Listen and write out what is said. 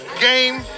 Game